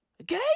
Okay